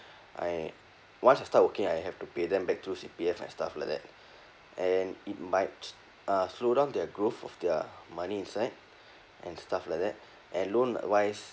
I once I start working I have to pay them back through C_P_F and stuff like that and it might uh slow down their growth of their money inside and stuff like that and loan wise